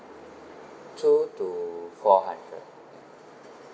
two to four hundred